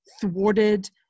thwarted